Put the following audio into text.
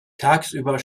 tagsüber